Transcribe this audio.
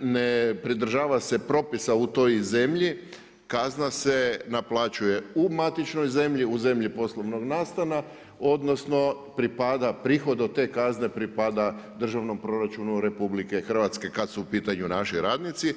ne pridržava se propisa u toj zemlji, kazna se naplaćuje u matičnoj zemlji, u zemlji poslovnog nastana, odnosno pripada prihod od te kazne pripada državnom proračunu RH, kada su u pitanju naši radnici.